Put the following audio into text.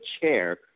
chair